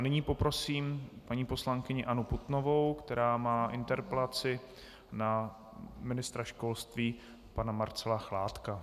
Nyní poprosím paní poslankyni Annu Putnovou, která má interpelaci na ministra školství pana Marcela Chládka.